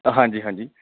ਹਾਂਜੀ ਹਾਂਜੀ